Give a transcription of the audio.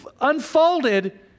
unfolded